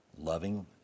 loving